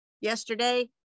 yesterday